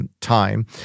time